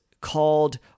called